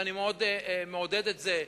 ואני מאוד מעודד את זה.